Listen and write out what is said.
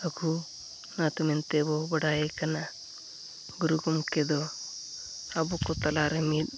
ᱨᱟᱹᱜᱷᱩᱱᱟᱛᱷ ᱢᱮᱱᱛᱮᱵᱚ ᱵᱟᱲᱟᱭᱮ ᱠᱟᱱᱟ ᱜᱩᱨᱩ ᱜᱚᱢᱠᱮᱫᱚ ᱟᱵᱚᱠᱚ ᱛᱟᱞᱟᱨᱮ ᱢᱤᱫ